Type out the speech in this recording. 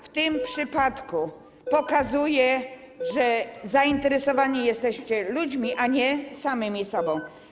W tym przypadku pokazalibyście, że zainteresowani jesteście ludźmi, a nie samymi sobą.